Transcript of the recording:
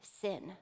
sin